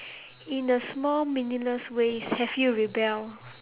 in the small meaningless way have you rebel